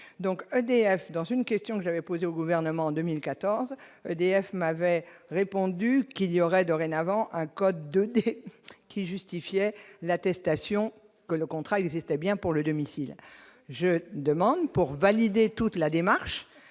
donc EDF dans une question j'avais posée au gouvernement en 2014 EDF m'avait répondu qu'il y aurait dorénavant un code qui justifiait l'attestation que le contrat existait bien pour le domicile, je demande pour valider toute la démarche